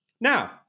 Now